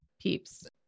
peeps